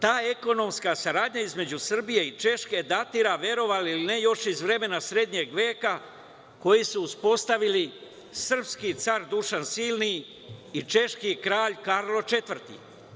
Ta ekonomska saradnja između Srbije i Češke datira, verovali ili ne, još iz vremena srednjeg veka, koji su uspostavili srpski car Dušan Silni i češki kralj Karlo IV.